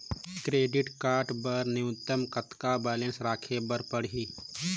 Credit card बर न्यूनतम कतका बैलेंस राखे बर पड़ही?